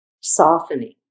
softening